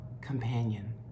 companion